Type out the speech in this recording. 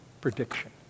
prediction